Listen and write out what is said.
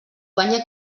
guanya